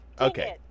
Okay